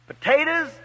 potatoes